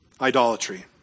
idolatry